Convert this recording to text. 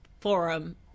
forum